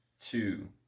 two